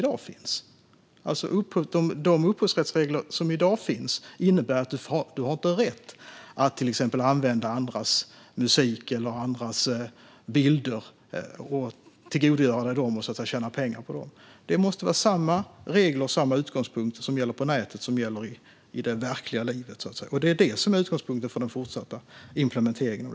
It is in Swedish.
Dagens upphovsrättsregler innebär ju att man inte har rätt att använda andras musik eller bilder och tjäna pengar på dem. Att samma regler måste gälla på nätet som i verkliga livet är utgångspunkten för den fortsatta implementeringen.